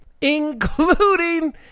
including